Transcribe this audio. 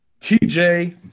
TJ